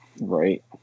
Right